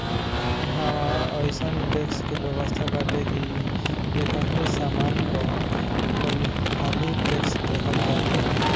इहवा अइसन टेक्स के व्यवस्था बाटे की एकही सामान पअ कईहाली टेक्स देहल जात बाटे